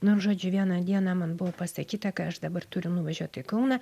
nu ir žodžiu vieną dieną man buvo pasakyta ka aš dabar turiu nuvažiuot į kauną